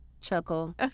chuckle